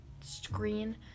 screen